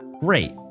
Great